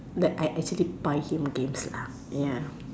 that I actually buy him games lah ya